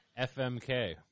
FMK